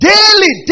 Daily